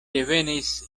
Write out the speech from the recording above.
revenis